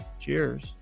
Cheers